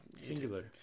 Singular